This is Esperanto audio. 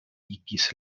igis